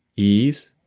ease,